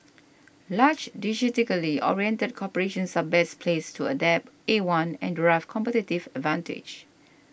large oriented corporations are best placed to adopt A one and derive competitive advantage